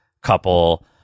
couple